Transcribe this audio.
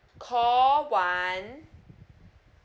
call one